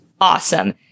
awesome